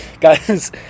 Guys